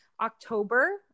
October